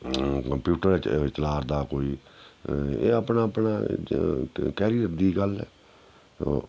computer चला'रदा कोई एह् अपना अपना कैरियर दी गल्ल ऐ ओ